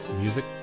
Music